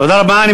תודה רבה.